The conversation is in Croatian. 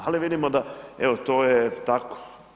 Ali vidimo da evo to je tako.